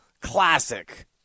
Classic